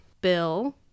Bill